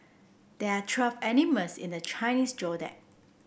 there are twelve animals in the Chinese Zodiac